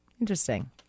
Interesting